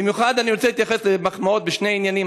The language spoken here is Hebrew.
במיוחד אני רוצה להתייחס למחמאות בשני עניינים.